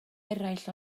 eraill